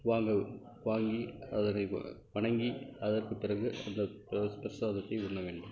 வாங்க வாங்கி அதனை வணங்கி அதற்க்கு பிறகு அந்த பிரசாதத்தை உண்ண வேண்டும்